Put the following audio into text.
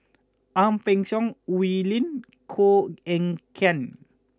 Ang Peng Siong Oi Lin Koh Eng Kian